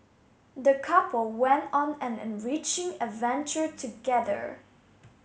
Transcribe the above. the couple went on an enriching adventure together